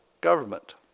government